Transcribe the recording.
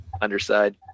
Underside